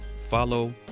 Follow